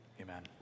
amen